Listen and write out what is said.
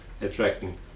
attracting